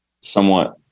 somewhat